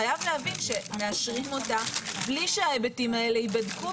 חייב להבין שמאשרים אותה בלי שהיבטים האלה יבדקו,